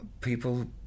people